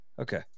Okay